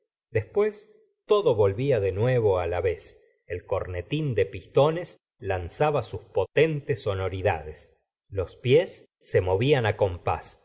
después todo volvía de nuevo la vez el cornetín de pistones lanzaba sus potentes sonoridades los pies se movían compás